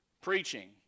preaching